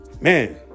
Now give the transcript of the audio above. man